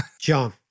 John